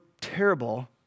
terrible